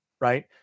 right